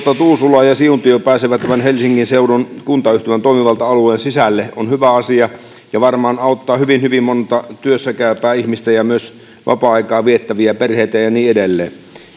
tuusula ja siuntio pääsevät helsingin seudun kuntayhtymän toimivalta alueen sisälle on hyvä asia ja varmaan auttaa hyvin hyvin montaa työssä käyvää ihmistä ja myös vapaa aikaa viettäviä perheitä ja niin edelleen